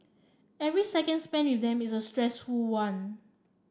every seconds spent with them is a stressful one